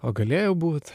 o galėjo būt